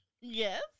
yes